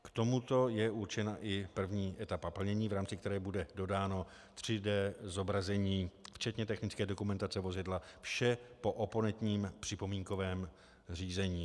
K tomuto je určena i první etapa plnění, v rámci které bude dodáno 3D zobrazení včetně technické dokumentace vozidla, vše po oponentním připomínkovém řízení.